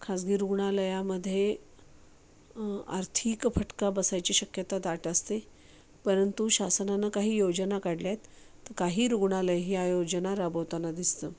खाजगी रुग्णालयामध्ये आर्थिक फटका बसायची शक्यता दाट असते परंतु शासनानं काही योजना काढल्या आहेत तर काही रुग्णालय ही आयोजना राबवताना दिसतं